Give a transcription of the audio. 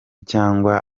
cyangwa